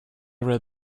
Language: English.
read